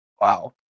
Wow